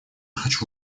хочу